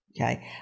Okay